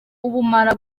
ubumara